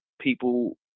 people